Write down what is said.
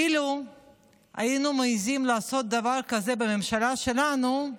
אילו היינו מעיזים לעשות דבר כזה בממשלה שלנו,